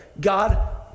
God